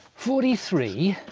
forty three,